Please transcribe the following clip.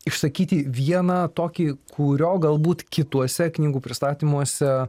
išsakyti vieną tokį kurio galbūt kituose knygų pristatymuose